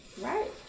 right